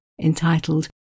entitled